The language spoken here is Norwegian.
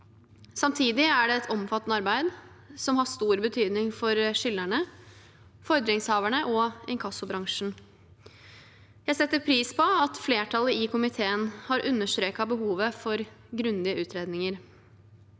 Samtidig er det et omfattende arbeid, som har stor betydning for skyldnerne, fordringshaverne og inkassobransjen. Jeg setter pris på at flertallet i komiteen har understreket behovet for grundige utredninger.